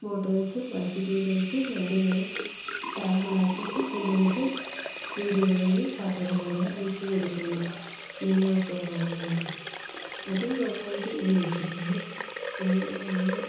motor വച്ച് pipe ചെയ്തെടുത്ത് വണ്ടികളിൽ ടാങ്കിലാക്കീട്ട് കൊണ്ട് പോയിട്ട് വീടുകളിൽ പാത്രങ്ങളിലെല്ലാം ഒഴിച്ച് കൊടുക്കുന്നു മെയ് മാസമാകുമ്പോഴേക്കും അത് നന്നായിട്ട് ഉപയോഗിക്കുന്നുണ്ട് പിന്നെ ഈ നമ്മുടെ